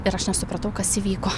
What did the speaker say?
ir aš nesupratau kas įvyko